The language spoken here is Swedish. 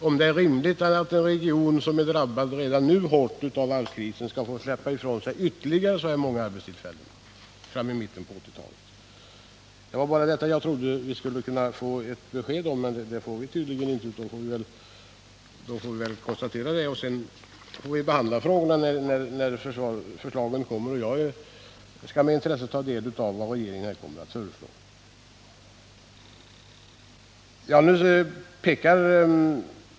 Är det rimligt att en region som redan nu är hårt drabbad av varvskrisen skall behöva släppa ifrån sig ytterligare så här många arbetstillfällen i mitten på 1980-talet? Något besked på den punkten får vi tydligen inte. Vi har då bara att konstatera det och får ta ställning till de olika förslagen när de kommer. Jag skall med intresse ta del av vad regeringen här kommer att föreslå.